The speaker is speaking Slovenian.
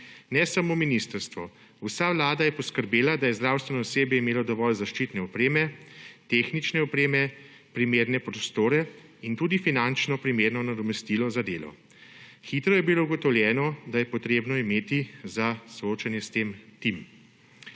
Ne samo ministrstvo, vsa Vlada je poskrbela, da je zdravstveno osebje imelo dovolj zaščitne opreme, tehnične opreme, primerne prostore in tudi finančno primerno nadomestilo za delo. Hitro je bilo ugotovljeno, da je potrebno imeti za soočanje s tem tim.